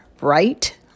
right